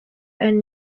and